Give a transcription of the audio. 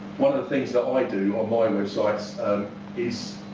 one of the things that um i do on my websites is,